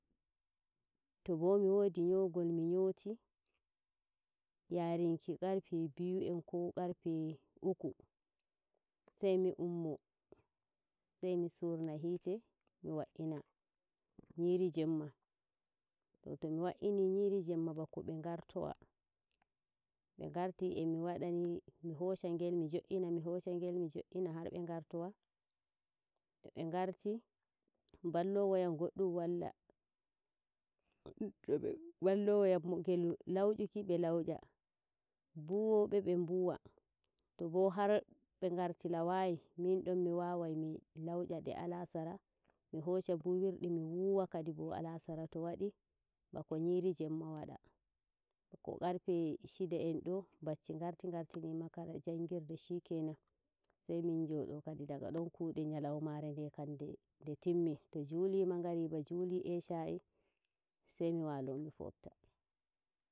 To bo mi wodi nyogol mi nyoti, yaruki qarfe biyu en ko qarfe uku sai mi ummo sai mi surna hite mi walina nyiri jemma. To to mi wa'ini nyiri Jemma bako be ngartowa be ngati emi wada ni mi hosha ngel mi jo'ina har be ngartowa to be ngarti ballowoyam goddum walla walloyam lauyuki 6e lauya, buuwobe be mbuwa to bo har ɓe ngartilowai mindon mi wawai mi launyade alasara mi hosha buyirdi mi wuuwa kadibo alasara to wadi bako nyiri Jemma wada bako qarfe shida en do bacci ngarti ngarti ni makaranta jangirde shikenan ai mi joɗo kadi daga dai kuude nyalomare ndokam nde hinmi, to juli magariba, juli ishayi sai mi walo mi fofta.